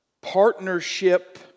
partnership